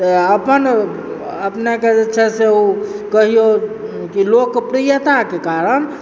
तऽ अपन अपनेक जे छै से ओ कहिऔ की लोकप्रियताक कारण